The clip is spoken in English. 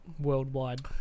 worldwide